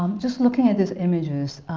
um just looking at these images,